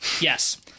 Yes